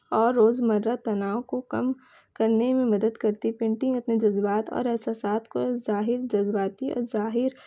اور روزمرہ تناؤ کو کم کرنے میں مدد کرتی پینٹنگ اپنے جذبات اور احساسات کو ظاہر جذباتی اور ظاہر